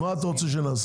אז מה אתה רוצה שנעשה?